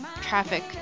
traffic